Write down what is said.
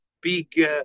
big